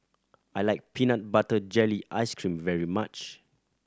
I like peanut butter jelly ice cream very much